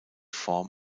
form